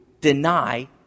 deny